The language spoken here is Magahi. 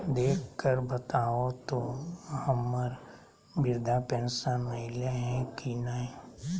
देख कर बताहो तो, हम्मर बृद्धा पेंसन आयले है की नय?